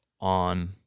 on